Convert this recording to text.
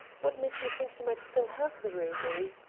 what made you think he might still have the ruby?